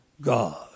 God